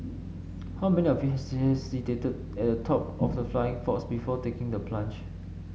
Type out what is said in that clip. how many of you hesitated at the top of the flying fox before taking the plunge